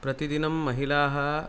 प्रतिदिनं महिलाः